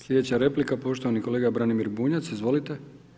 Slijedeća replika poštovani kolega Branimir Bunjac, izvolite.